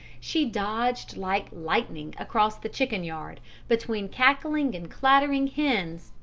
she dodged like lightning across the chicken-yard, between cackling and clattering hens,